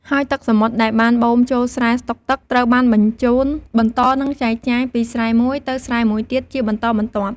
ហើយទឹកសមុទ្រដែលបានបូមចូលស្រែស្តុកទឹកត្រូវបានបញ្ជូនបន្ត និងចែកចាយពីស្រែមួយទៅស្រែមួយទៀតជាបន្តបន្ទាប់។